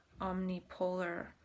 omnipolar